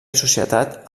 societat